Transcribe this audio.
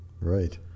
Right